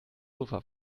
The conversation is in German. sofa